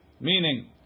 meaning